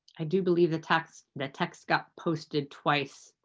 i do believe the text the text got posted twice.